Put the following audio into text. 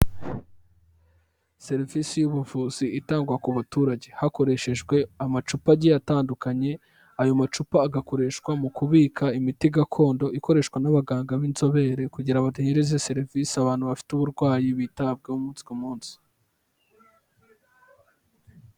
Serivisi y'ubuvuzi itangwa ku baturage, hakoreshejwe amacupa agiye atandukanye, ayo macupa agakoreshwa mu kubika imiti gakondo ikoreshwa n'abaganga b'inzobere kugira ngo bategereze serivisi abantu bafite uburwayi bitabwaho umunsi ku munsi.